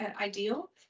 ideal